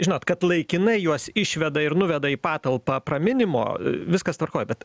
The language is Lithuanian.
žinot kad laikinai juos išveda ir nuveda į patalpą apraminimo viskas tvarkoj bet